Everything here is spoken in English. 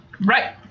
Right